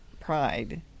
pride